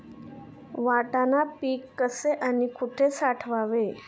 वाटाणा पीक कसे आणि कुठे साठवावे?